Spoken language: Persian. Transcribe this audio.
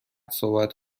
صحبت